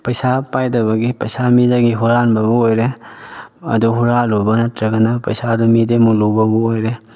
ꯄꯩꯁꯥ ꯄꯥꯏꯗꯕꯒꯤ ꯄꯩꯁꯥ ꯃꯤꯗꯒꯤ ꯍꯨꯔꯥꯟꯕꯕꯨ ꯑꯣꯏꯔꯦ ꯑꯗꯨ ꯍꯨꯔꯥꯜꯂꯨꯕ ꯅꯠꯇ꯭ꯔꯒꯅ ꯄꯩꯁꯥꯗꯨ ꯃꯤꯗꯒꯤ ꯃꯨꯜꯂꯨꯕꯕꯨ ꯑꯣꯏꯔꯦ